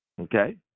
Okay